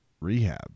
rehab